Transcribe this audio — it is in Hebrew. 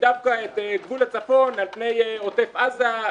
דווקא את גבול הצפון על פני עוטף עזה,